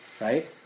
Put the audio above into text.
right